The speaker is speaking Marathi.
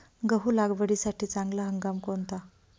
गहू लागवडीसाठी चांगला हंगाम कोणता?